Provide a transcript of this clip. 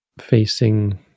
facing